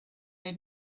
had